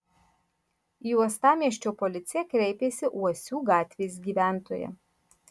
į uostamiesčio policiją kreipėsi uosių gatvės gyventoja